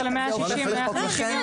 אה, נכון.